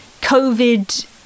Covid